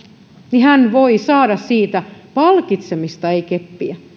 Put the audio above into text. niin hän voi saada siitä palkitsemista ei keppiä